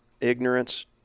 ignorance